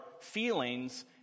feelings